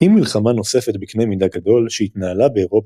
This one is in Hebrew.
עם מלחמה נוספת בקנה מידה גדול שהתנהלה באירופה